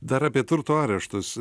dar apie turto areštus